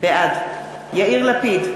בעד יאיר לפיד,